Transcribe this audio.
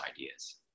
ideas